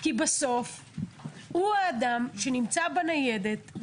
כי בסוף הוא האדם שנמצא בניידת.